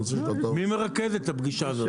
מי מרכז את הפגישה האוצר?